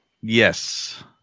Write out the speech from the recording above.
yes